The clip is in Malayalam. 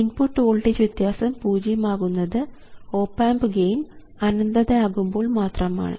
ഇൻപുട്ട് വോൾട്ടേജ് വ്യത്യാസം പൂജ്യം ആകുന്നത് ഓപ് ആമ്പ് ഗെയിൻ അനന്തത ആകുമ്പോൾ മാത്രമാണ്